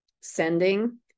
sending